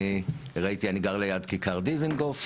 אני גר ליד כיכר דיזנגוף,